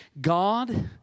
God